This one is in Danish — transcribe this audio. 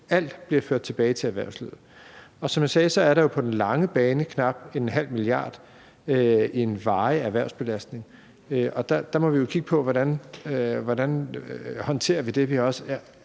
Alt bliver ført tilbage til erhvervslivet. Som jeg sagde, er der jo på den lange bane knap 0,5 mia. kr. i varig erhvervsbelastning, og der må vi jo kigge på, hvordan vi håndterer det. Vi har